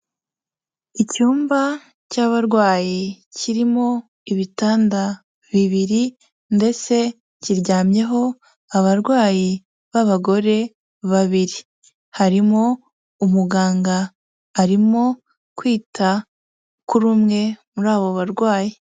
Icyumba cy'abarwayi kirimo ibitanda bibiri ndetse kiryamyeho abarwayi b'abagore babiri, harimo umuganga arimo kwita kuri umwe muri abo barwayi.